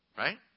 right